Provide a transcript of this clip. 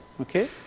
okay